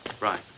Right